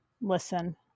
Listen